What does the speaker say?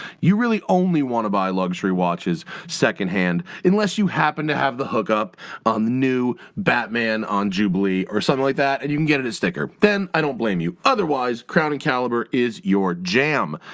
you really only only want to buy luxury watches secondhand, unless you happen to have the hook-up on the new batman on jubilee, or something like that, and you can get it at sticker. then i don't blame you! otherwise, crown and caliber is your jam.